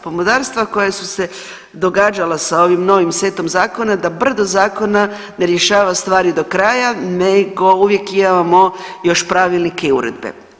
Pomodarstva koja su se događala sa ovim novim setom zakona da brdo zakona ne rješava stvari do kraja nego uvijek imamo još pravilnike i uredbe.